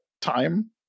time